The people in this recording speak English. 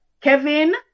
kevin